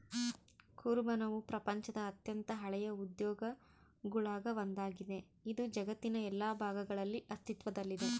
ಕುರುಬನವು ಪ್ರಪಂಚದ ಅತ್ಯಂತ ಹಳೆಯ ಉದ್ಯೋಗಗುಳಾಗ ಒಂದಾಗಿದೆ, ಇದು ಜಗತ್ತಿನ ಎಲ್ಲಾ ಭಾಗಗಳಲ್ಲಿ ಅಸ್ತಿತ್ವದಲ್ಲಿದೆ